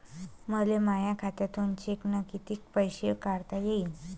मले माया खात्यातून चेकनं कितीक पैसे काढता येईन?